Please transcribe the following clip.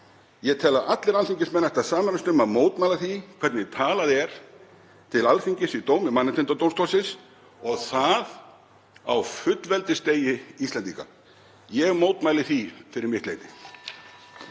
Ég tel að allir alþingismenn ættu að sameinast um að mótmæla því hvernig talað er til Alþingis í dómi Mannréttindadómstólsins og það á fullveldisdegi Íslendinga. Ég mótmæli því fyrir mitt leyti.